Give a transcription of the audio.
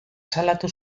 salatu